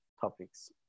topics